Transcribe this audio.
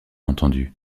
entendus